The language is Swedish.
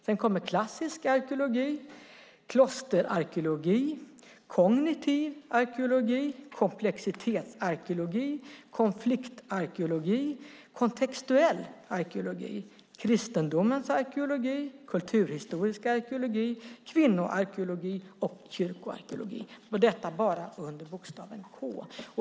Sedan kommer klassisk arkeologi, klosterarkeologi, kognitiv arkeologi, komplexitetsarkeologi, konfliktarkeologi, kontextuell arkeologi, kristendomens arkeologi, kulturhistorisk arkeologi, kvinnoarkeologi och kyrkoarkeologi - och detta bara under bokstaven K!